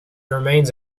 remains